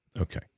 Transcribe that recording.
Okay